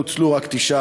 1. מדוע נוצלו רק 9%?